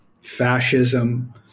fascism